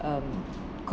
um